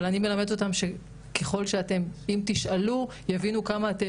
אבל אני מלמדת אותם שככל שאתם תשאלו יבינו כמה אתם